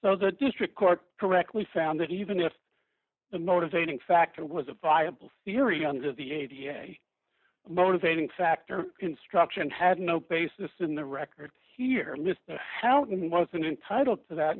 so the district court correctly found that even if the motivating factor was a viable theory under the a b a motivating factor instruction had no basis in the record here how can he wasn't entitled to that